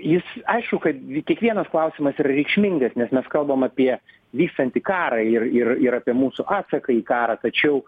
jis aišku kad kiekvienas klausimas yra reikšmingas nes mes kalbam apie vykstantį karą ir ir ir apie mūsų atsaką į karą tačiau